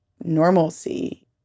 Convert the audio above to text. normalcy